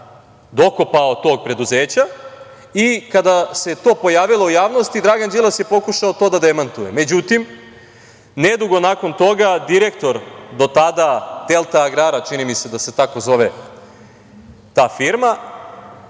dokopao tog preduzeća. Kada se to pojavilo u javnosti, Dragan Đilas je pokušao to da demantuje. Međutim, ne dugo nakon toga direktor do tada „Delta agrara“, čini mi se da se tako zove ta firma,